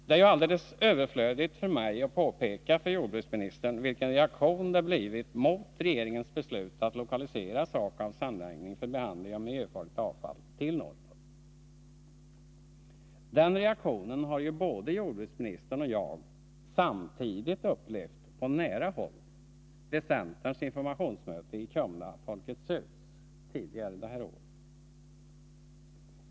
Det är helt överflödigt för mig att påpeka för jordbruksministern vilken reaktion det blivit mot regeringens beslut att lokalisera SAKAB:s anläggning för behandling av miljöfarligt avfall till Norrtorp. Den reaktionen har ju både jordbruksministern och jag samtidigt upplevt på nära håll vid centerns informationsmöte i Kumla Folkets hus tidigare i år.